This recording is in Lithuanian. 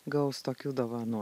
gaus tokių dovanų